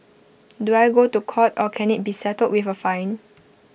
do I go to court or can IT be settled with A fine